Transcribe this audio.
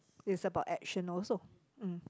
it's about action also mm